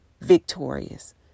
victorious